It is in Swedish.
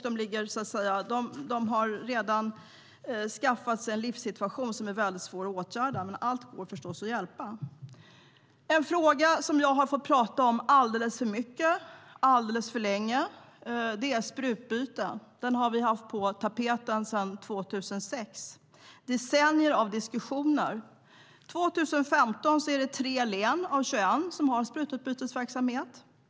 Då har de redan skaffat sig en livssituation som är svår att åtgärda. Men allt går förstås att hjälpa. En fråga som jag har fått prata om alldeles för mycket, alldeles för länge är sprututbyten. Den har varit på tapeten sedan 2006. Det har varit decennier av diskussioner. År 2015 är det 3 län av 21 som har sprututbytesverksamhet.